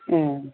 ए